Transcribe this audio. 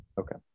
Okay